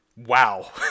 Wow